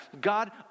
God